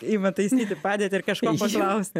ima taisyti padėtį ir kažko paklausti